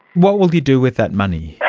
what will you do with that money?